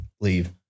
leave